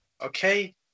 okay